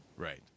Right